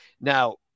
Now